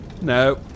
No